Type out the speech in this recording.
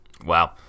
Wow